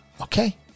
okay